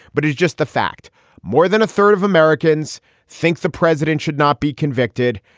but he's just the fact more than a third of americans think the president should not be convicted.